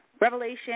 Revelation